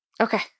Okay